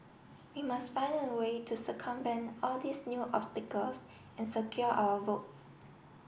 we must find a way to circumvent all these new obstacles and secure our votes